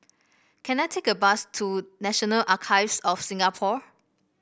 can I take a bus to National Archives of Singapore